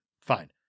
Fine